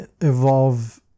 evolve